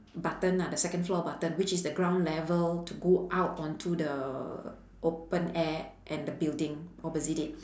button lah the second floor button which is the ground level to go out on to the open air and the building opposite it